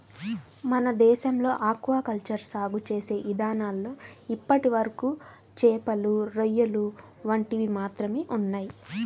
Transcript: మన దేశంలో aquaculture సాగు చేసే ఇదానాల్లో ఇప్పటివరకు చేపలు, రొయ్యలు వంటివి మాత్రమే ఉన్నయ్